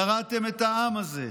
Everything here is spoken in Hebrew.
קרעתם את העם הזה,